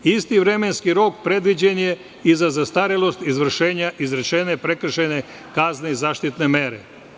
Isti vremenski rok predviđen je i za zastarelost izrečene prekršajne kazne i zaštitne mere.